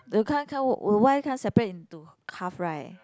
the can't can't the wife can't separate into half right